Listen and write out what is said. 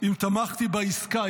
אם תמכתי בעסקה.